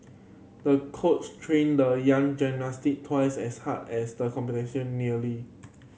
the coach trained the young gymnast twice as hard as the competition nearly